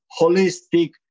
holistic